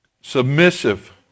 Submissive